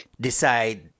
decide